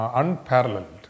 unparalleled